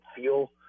feel